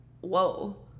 whoa